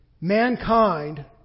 mankind